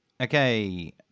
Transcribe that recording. Okay